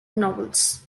novels